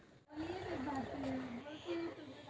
बांसेर दी प्रकारेर प्रजातियां ह छेक